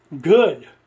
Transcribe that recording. good